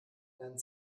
dein